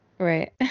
Right